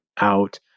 out